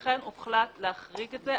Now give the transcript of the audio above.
לכן הוחלט להחריג את זה,